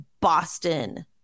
Boston